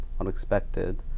unexpected